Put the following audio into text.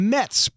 Mets